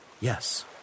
Yes